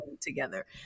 together